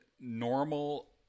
normal